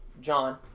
John